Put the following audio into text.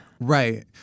Right